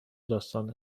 داستان